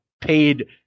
paid